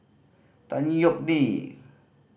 Tan Yeok Nee